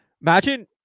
imagine